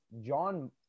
John